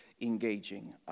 engaging